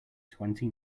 twenty